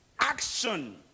Action